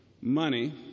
money